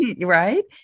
right